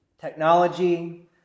technology